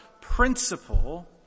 principle